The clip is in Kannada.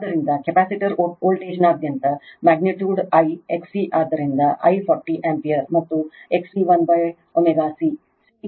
ಆದ್ದರಿಂದ ಕೆಪಾಸಿಟರ್ ವೋಲ್ಟೇಜ್ನಾದ್ಯಂತ ಮ್ಯಾಗ್ನಿಟ್ಯೂಡ್ I XC ಆದ್ದರಿಂದ I 40 ಆಂಪಿಯರ್ ಮತ್ತು XC 1 ω C C 50 micro farad